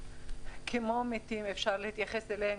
כמו מתים אפשר להתייחס אליהם.